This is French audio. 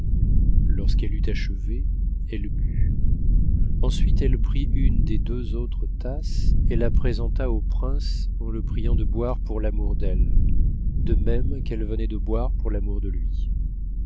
lorsqu'elle eut achevé elle but ensuite elle prit une des deux autres tasses et la présenta au prince en le priant de boire pour l'amour d'elle de même qu'elle venait de boire pour l'amour de lui